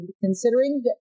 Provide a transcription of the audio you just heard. Considering